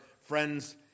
friends